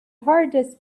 hardest